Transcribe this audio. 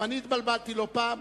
גם אני התבלבלתי לא פעם,